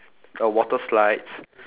got water slides